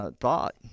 thought